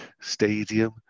Stadium